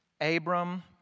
Abram